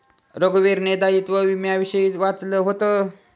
रघुवीरने दायित्व विम्याविषयी वाचलं होतं